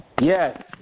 Yes